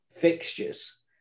fixtures